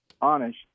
honest